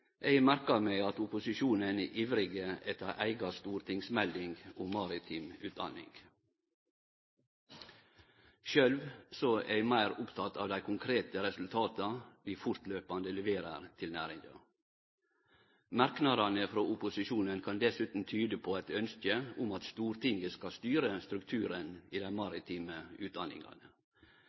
Eg merkar meg at opposisjonen er ivrig etter ei eiga stortingsmelding om maritim utdaning. Sjølv er eg meir oppteken av dei konkrete resultata vi fortløpande leverer til næringa. Merknadene frå opposisjonen kan dessutan tyde på eit ønske om at Stortinget skal styre strukturen i dei maritime